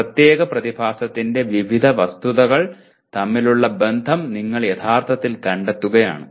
ഒരു പ്രത്യേക പ്രതിഭാസത്തിന്റെ വിവിധ വസ്തുതകൾ തമ്മിലുള്ള ബന്ധം നിങ്ങൾ യഥാർത്ഥത്തിൽ കണ്ടെത്തുകയാണ്